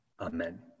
Amen